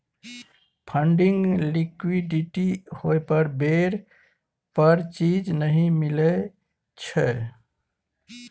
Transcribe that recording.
funding liquidity होइ पर बेर पर चीज नइ मिलइ छइ